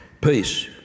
peace